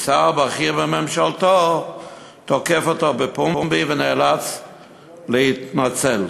ושר בכיר בממשלתו תוקף אותו בפומבי ונאלץ להתנצל.